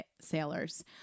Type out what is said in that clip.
sailors